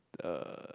uh